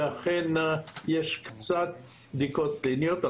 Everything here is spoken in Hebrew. ואכן יש קצת בדיקות קליניות.